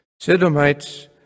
Sidomites